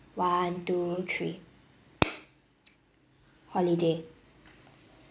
one two three holiday